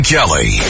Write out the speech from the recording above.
Kelly